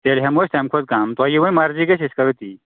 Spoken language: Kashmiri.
تیٚلہِ ہٮ۪مو أسۍ تَمہِ کھۄتہٕ کَم تۄہہِ یہِ وۅنۍ مرضی گژھِ أسۍ کَرو تی